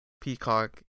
Peacock